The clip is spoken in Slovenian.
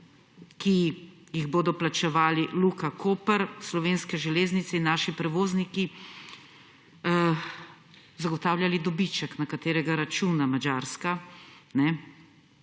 ki jih bodo plačevali Luka Koper, Slovenske železnice in naši prevozniki, zagotavljala dobiček, na katerega računa Madžarska,